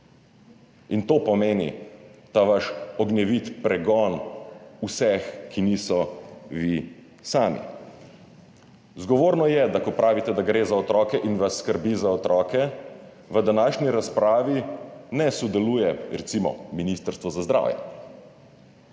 in to pomeni ta vaš ognjeviti pregon vseh, ki niso vi sami. Zgovorno je, da ko pravite, da gre za otroke in vas skrbi za otroke, v današnji razpravi ne sodeluje recimo ministrstvo za zdravje